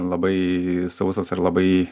labai sausas ar labai